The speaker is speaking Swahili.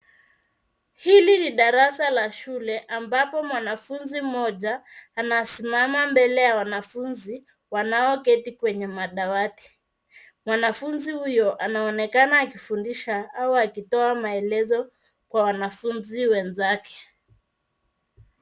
Hili ni darasa la shule ambapo mwanafunzi mmoja anasimama mbele ya wanafunzi walioketi kwenye madawati. Mwanafunzi huyo anaonekana kufundisha au kutoa maelezo kwa wenzake.